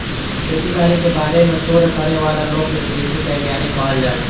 खेती बारी के बारे में शोध करे वाला लोग के कृषि वैज्ञानिक कहल जाला